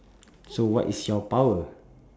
so what is your power